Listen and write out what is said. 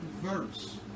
verse